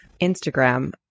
Instagram